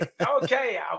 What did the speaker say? Okay